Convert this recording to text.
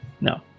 No